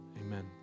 Amen